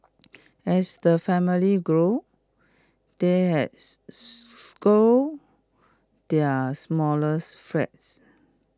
as the family grew they had their smaller flats